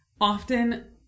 often